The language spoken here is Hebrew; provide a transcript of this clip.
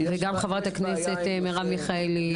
וגם חברת הכנסת מרב מיכאלי תדבר.